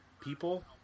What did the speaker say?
people